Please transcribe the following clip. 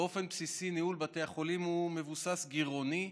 באופן בסיסי ניהול בתי החולים מבוסס גירעון,